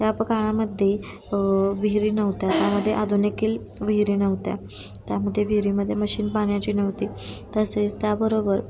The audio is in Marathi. त्या प काळामध्ये विहिरी नव्हत्या त्यामध्ये आधुनिकील विहिरी नव्हत्या त्यामध्ये विहिरीमध्ये मशीन पाण्याची नव्हती तसेच त्याबरोबर